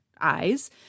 eyes